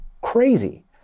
crazy